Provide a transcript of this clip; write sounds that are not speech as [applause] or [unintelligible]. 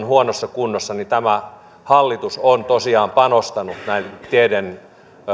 [unintelligible] huonossa kunnossa niin tämä hallitus on tosiaan panostanut teiden